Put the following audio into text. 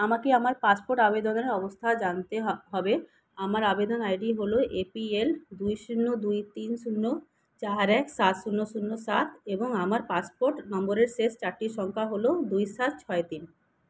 আমাকে আমার পাসপোর্ট আবেদনের অবস্থা জানতে হবে আমার আবেদন আই ডি হলো এ পি এল দুই শূন্য দুই তিন শূন্য চার এক সাত শূন্য শূন্য সাত এবং আমার পাসপোর্ট নম্বরের শেষ চারটি সংক্যা হলো দুই সাত ছয় তিন